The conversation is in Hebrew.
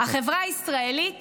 "החברה הישראלית